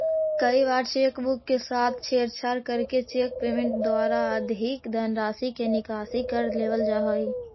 कई बार cheque book के साथ छेड़छाड़ करके चेक पेमेंट के द्वारा अधिक धनराशि के निकासी कर लेवल जा हइ